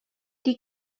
die